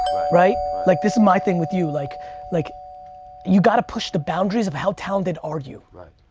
right, right. like this is my thing with you like like you gotta push the boundaries of how talented, are you? right,